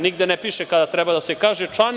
Nigde ne piše kada treba da se kaže član.